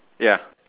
ya